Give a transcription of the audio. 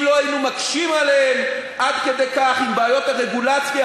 אם לא היו מקשים עליהן עד כדי כך עם בעיות הרגולציה,